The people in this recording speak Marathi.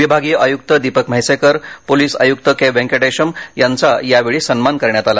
विभागीय आयुक्त दीपक म्हैसेकर पोलिस आयुक्त के वेंकटेशम् यांचा यावेळी सन्मान करण्यात आला